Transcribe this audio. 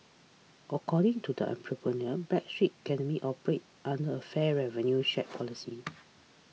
according to the entrepreneur Backstreet Academy operates under a fair revenue share policy